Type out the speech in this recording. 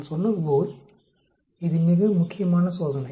நான் சொன்னது போல் இது மிக முக்கியமான சோதனை